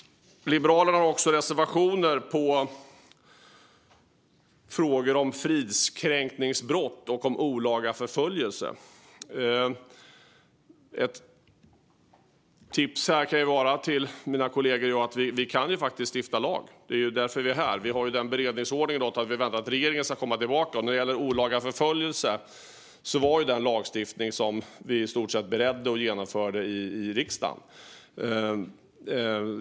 Liberalerna har också reservationer när det gäller fridskränkningsbrott och olaga förföljelse. Ett tips till mina kollegor är att vi faktiskt kan stifta en lag. Det är ju därför vi är här. Vi har dock den beredningsordningen att vi väntar på att regeringen ska komma tillbaka. Olaga förföljelse var en lagstiftning som vi i stort sett beredde och genomförde i riksdagen.